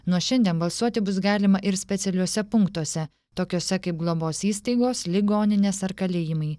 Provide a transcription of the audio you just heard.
nuo šiandien balsuoti bus galima ir specialiuose punktuose tokiuose kaip globos įstaigos ligoninės ar kalėjimai